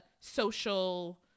social